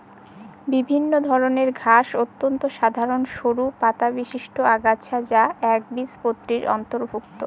বিভিন্ন ধরনের ঘাস অত্যন্ত সাধারন সরু পাতাবিশিষ্ট আগাছা যা একবীজপত্রীর অন্তর্ভুক্ত